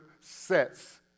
sets